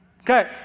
okay